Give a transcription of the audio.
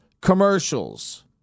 commercials